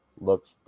looks